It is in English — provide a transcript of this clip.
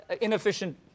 inefficient